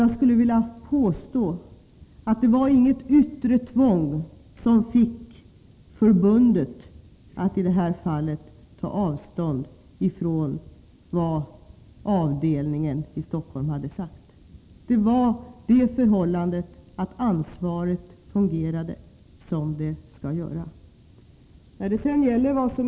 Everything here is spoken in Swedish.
Jag skulle vilja påstå att det inte var något yttre tvång som fick förbundet att i det här fallet ta avstånd från uttalandet från avdelningen i Stockholm; det var det förhållandet att ansvarstagandet fungerade som det skall göra.